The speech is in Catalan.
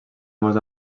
molts